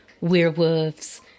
werewolves